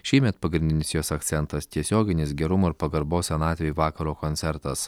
šįmet pagrindinis jos akcentas tiesioginis gerumo ir pagarbos senatvei vakaro koncertas